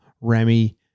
Remy